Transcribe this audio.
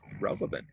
relevant